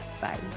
Bye